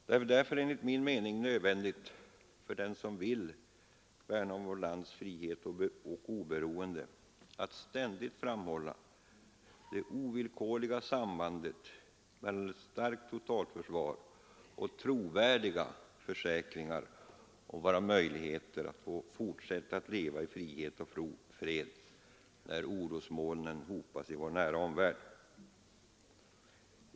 Det är därför enligt min mening nödvändigt för dem som vill värna om vårt lands frihet och oberoende att ständigt framhålla det ovillkorliga sambandet mellan ett starkt totalförsvar och trovärdiga försäkringar om våra möjligheter att få fortsätta att leva i frihet och fred när orosmolnen hopas i vår nära omvärld.